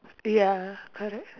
ya correct